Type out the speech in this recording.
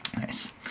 Nice